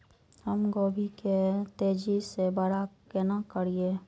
हम गोभी के तेजी से बड़ा केना करिए?